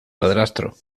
padrastro